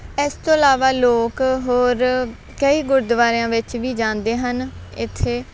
ਇਸ ਤੋਂ ਇਲਾਵਾ ਲੋਕ ਹੋਰ ਕਈ ਗੁਰਦੁਆਰਿਆਂ ਵਿੱਚ ਵੀ ਜਾਂਦੇ ਹਨ ਇੱਥੇ